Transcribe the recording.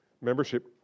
Membership